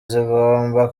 zigomba